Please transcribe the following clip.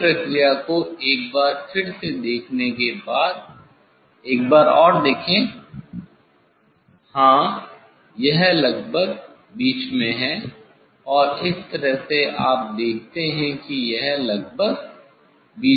इस प्रक्रिया को एक बार फिर से देखने के बाद एक बार और देखें हाँ यह लगभग मध्य में है और इस तरह से आप देखते हैं कि यह लगभग मध्य में है